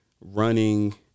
running